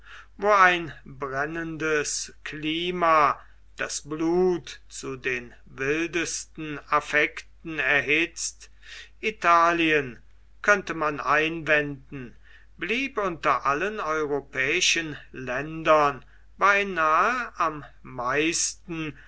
wo ein brennendes klima das blut zu den wildesten affekten erhitzt italien könnte man einwenden blieb unter allen europäischen ländern beinahe am meisten